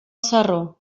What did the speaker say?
sarró